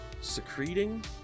secreting